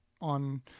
on